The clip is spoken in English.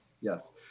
Yes